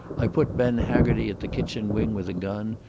i put ben haggerty at the kitchen wing with a gun,